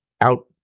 out